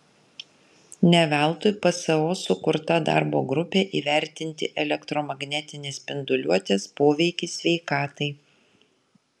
ne veltui pso sukurta darbo grupė įvertinti elektromagnetinės spinduliuotės poveikį sveikatai